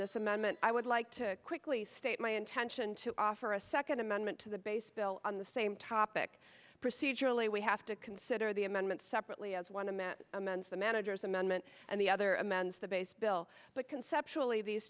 this amendment i would like to quickly state my intention to offer a second amendment to the base bill on the same topic procedurally we have to consider the amendment separately as one amat amends the manager's amendment and the other amends the base bill but conceptual